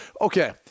okay